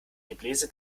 gebläse